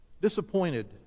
Disappointed